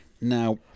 Now